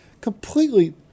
Completely